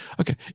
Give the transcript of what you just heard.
okay